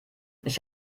ich